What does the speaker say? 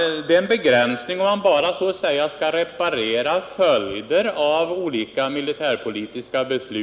Det är en begränsning om den bara skall så att säga reparera följderna av olika militärpolitiska beslut.